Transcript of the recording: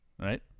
Right